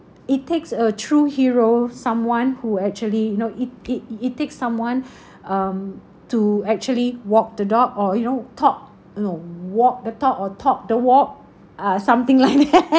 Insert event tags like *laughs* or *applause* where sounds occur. it takes a true hero someone who actually you know it it it takes someone *breath* um to actually walk the dog or you know talk no walk the talk or talk the walk ah something like that *laughs*